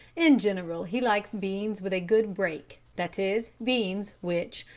in general he likes beans with a good break, that is beans which,